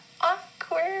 awkward